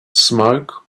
smoke